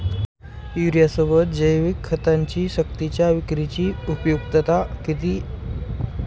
युरियासोबत जैविक खतांची सक्तीच्या विक्रीची उपयुक्तता किती?